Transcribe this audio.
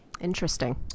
Interesting